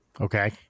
Okay